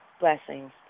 blessings